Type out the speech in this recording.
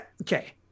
okay